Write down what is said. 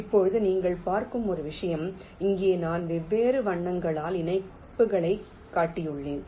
இப்போது நீங்கள் பார்க்கும் ஒரு விஷயம் இங்கே நான் வெவ்வேறு வண்ணங்களால் இணைப்புகளைக் காட்டியுள்ளேன்